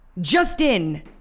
Justin